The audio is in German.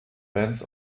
bands